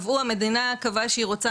המדינה קבעה שהיא רוצה,